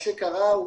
מה שקרה,